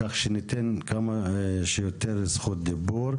כך שניתן כמה שיותר זכות דיבור.